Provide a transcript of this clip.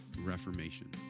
reformation